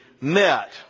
met